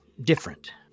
different